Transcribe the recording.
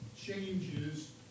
changes